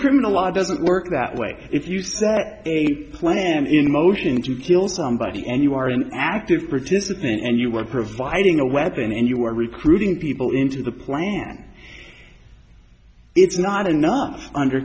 criminal law doesn't work that way if you say that a plan in motion to kill somebody and you are an active participant and you were providing a weapon and you were recruiting people into the plan it's not enough under